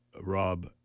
Rob